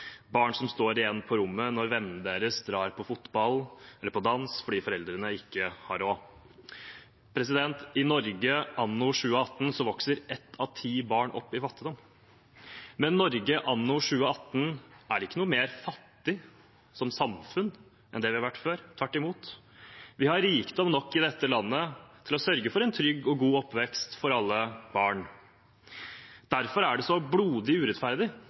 barn, barn som står igjen på rommet når vennene deres drar på fotball eller dans, fordi foreldrene ikke har råd. I Norge anno 2018 vokser ett av ti barn opp i fattigdom. Men Norge anno 2018 er ikke fattigere som samfunn enn det har vært før – tvert imot. Vi har rikdom nok i dette landet til å sørge for en trygg og god oppvekst for alle barn. Derfor er det så blodig urettferdig,